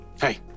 Hey